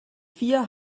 vier